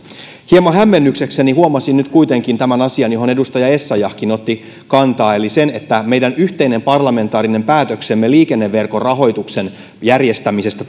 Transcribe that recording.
hieman hämmennyksekseni huomasin nyt kuitenkin tämän asian johon edustaja essayahkin otti kantaa eli sen että meidän yhteinen parlamentaarinen päätöksemme liikenneverkon rahoituksen järjestämisestä